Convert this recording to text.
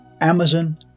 Amazon